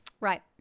right